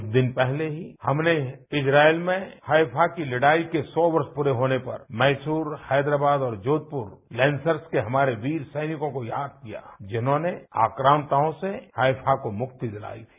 कुछ दिन पहले ही हमने इम्राइल में हाइफा की लड़ाई के सौ वर्ष प्रे होने पर मैसूर हैदराबाद और जोधपर में लैंसर्स के हमारे वीर सैनिकों को याद किया जिन्होंने आक्रान्ताओं से हाइफा को मृक्ति दिलाई थी